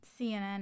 CNN